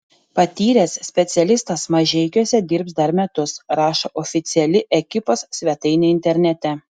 patyręs specialistas mažeikiuose dirbs dar metus rašo oficiali ekipos svetainė internete